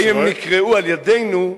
האם הם נקראו על-ידינו,